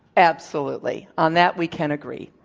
absolutely. on that we can agree.